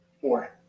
Four